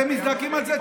אתם מזדעקים על זה?